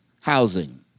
housing